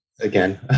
again